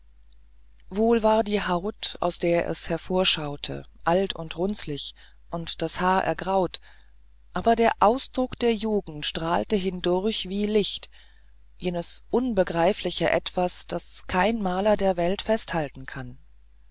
wohl war die haut aus der es hervorschaute alt und runzlig und das haar ergraut aber der ausdruck der jugend strahlte hindurch wie licht jenes unbegreifliche etwas das kein maler der welt festhalten kann